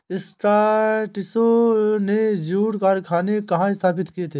स्कॉटिशों ने जूट कारखाने कहाँ स्थापित किए थे?